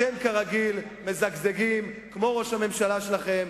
אתם, כרגיל, מזגזגים, כמו ראש הממשלה שלכם.